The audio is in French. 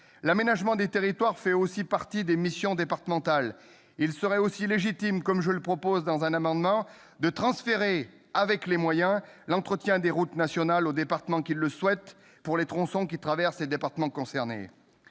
L'aménagement des territoires fait aussi partie des missions départementales. Il serait ainsi légitime, comme je le propose dans un amendement, de transférer, avec les moyens afférents, l'entretien des routes nationales aux départements qui le souhaitent, pour les tronçons qui les traversent. Pour conclure,